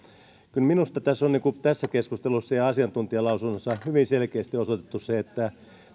kyllä minusta tässä keskustelussa ja asiantuntijalausunnoissa on hyvin selkeästi osoitettu se että